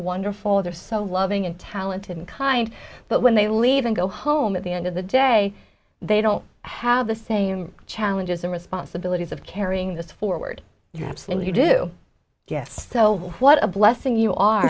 wonderful they're so loving and talented and kind but when they leave and go home at the end of the day they don't have the same challenges and responsibilities of carrying this forward yeah absolutely you do yes so what a blessing you are